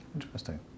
Interesting